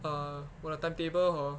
uh 我的 timetable hor